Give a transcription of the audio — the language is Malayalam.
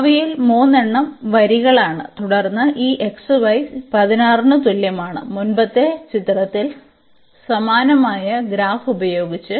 അതിനാൽ അവയിൽ മൂന്നെണ്ണം വരികളാണ് തുടർന്ന് ഈ xy 16 ന് തുല്യമാണ് മുമ്പത്തെ ചിത്രത്തിൽ സമാനമായ ഗ്രാഫ് ഉപയോഗിച്ച്